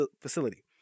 facility